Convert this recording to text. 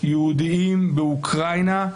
יהודיים באוקראינה,